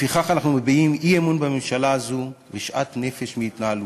לפיכך אנחנו מביעים אי-אמון בממשלה הזאת ושאט-נפש מהתנהלותה.